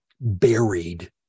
buried